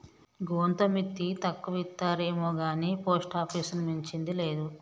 గోంత మిత్తి తక్కువిత్తరేమొగాని పోస్టాపీసుని మించింది లేదు